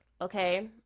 okay